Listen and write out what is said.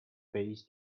pays